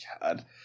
god